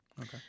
Okay